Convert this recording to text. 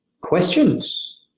questions